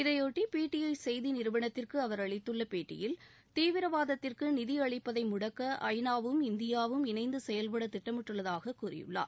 இதையொட்டி பிடிஐ சுசெய்தி நிறுவனத்திற்கு அவர் அளித்த பேட்டியில் தீவிரவாதத்திற்கு நிதி அளிப்பதை முடக்க ஐநா வும் இந்தியாவும் இணைந்து செயல்பட திட்டமிட்டுள்ளதாக கூறியுள்ளார்